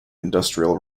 industrial